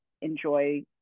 enjoy